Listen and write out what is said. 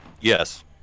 Yes